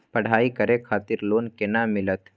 पढ़ाई करे खातिर लोन केना मिलत?